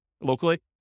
locally